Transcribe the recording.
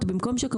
ואם נחבר את כל